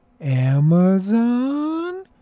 Amazon